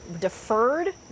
deferred